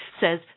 says